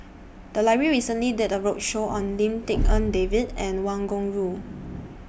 The Library recently did A roadshow on Lim Tik En David and Wang Gungwu